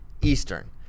Eastern